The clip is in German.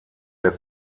der